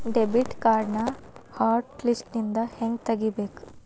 debit ಕಾರ್ಡ್ನ hot ಲಿಸ್ಟ್ನಿಂದ ಹೆಂಗ ತೆಗಿಬೇಕ